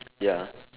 ya